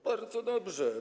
Bardzo dobrze.